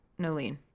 Nolene